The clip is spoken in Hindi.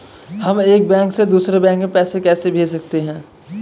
हम एक बैंक से दूसरे बैंक में पैसे कैसे भेज सकते हैं?